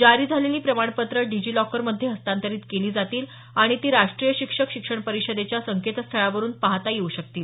जारी झालेली प्रमाणपत्रं डिजीलॉकरमध्ये हस्तांतरीत केली जातील आणि ती राष्ट्रीय शिक्षक शिक्षण परीषदेच्या संकेतस्थळावरून पाहता येऊ शकतील